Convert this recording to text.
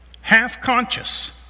half-conscious